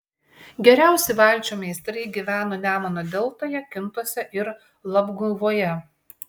geriausi valčių meistrai gyveno nemuno deltoje kintuose ir labguvoje